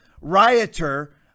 rioter